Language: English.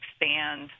expand